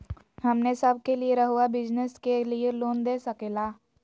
हमने सब के लिए रहुआ बिजनेस के लिए लोन दे सके ला?